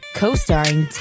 co-starring